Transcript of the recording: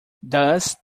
thus